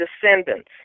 descendants